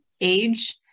age